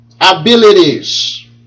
abilities